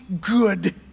good